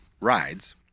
rides